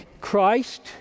Christ